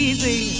Easy